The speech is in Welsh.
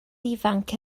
ifanc